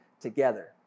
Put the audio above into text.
together